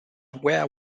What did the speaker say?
where